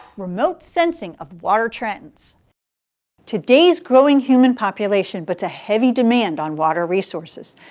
remote sensing of water trends today's growing human population puts a heavy demand on water resources.